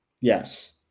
Yes